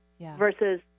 versus